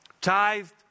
Tithed